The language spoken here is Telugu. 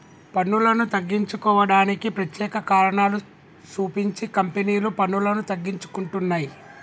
పన్నులను తగ్గించుకోవడానికి ప్రత్యేక కారణాలు సూపించి కంపెనీలు పన్నులను తగ్గించుకుంటున్నయ్